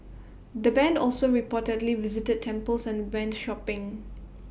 the Band also reportedly visited temples and went shopping